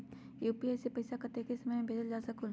UPI से पैसा कतेक समय मे भेजल जा स्कूल?